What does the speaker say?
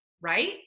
right